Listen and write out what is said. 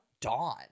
Dawn